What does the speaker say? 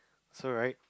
so right